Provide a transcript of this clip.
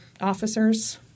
officers